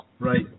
Right